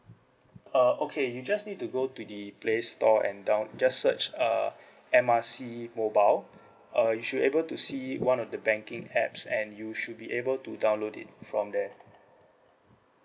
uh okay you just need to go to the play store and down just search uh M R C mobile uh you should able to see one of the banking apps and you should be able to download it from there